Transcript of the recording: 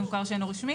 זה מוכר שאינו רשמי